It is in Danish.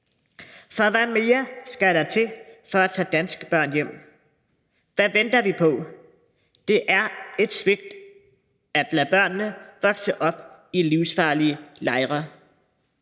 For hvad mere skal der til for at tage danske børn hjem? Hvad venter vi på? Det er et svigt at lade børnene vokse op i livsfarlige lejre.